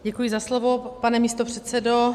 Děkuji za slovo, pane místopředsedo.